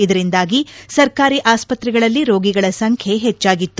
ಇದರಿಂದಾಗಿ ಸರ್ಕಾರಿ ಆಸ್ಪತ್ರೆಗಳಲ್ಲಿ ರೋಗಿಗಳ ಸಂಖ್ಯೆ ಹೆಚ್ಚಾಗಿತ್ತು